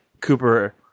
Cooper